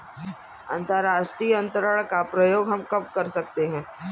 अंतर्राष्ट्रीय अंतरण का प्रयोग हम कब कर सकते हैं?